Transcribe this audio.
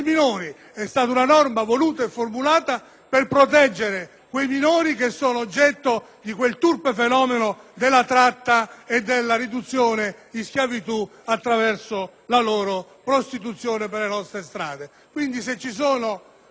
quei minori oggetto del turpe fenomeno della tratta e della riduzione in schiavitù attraverso la loro prostituzione sulle nostre strade. Quindi, se vi sono dubbi che lo Stato italiano non possa intervenire